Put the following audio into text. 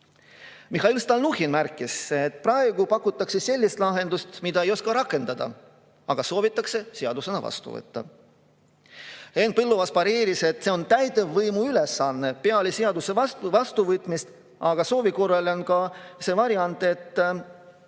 Mihhail Stalnuhhin märkis, et praegu pakutakse sellist lahendust, mida ei osata rakendada, aga soovitakse seadusena vastu võtta. Henn Põlluaas pareeris, et see on täitevvõimu ülesanne peale seaduse vastuvõtmist, aga soovi korral on ka see variant, et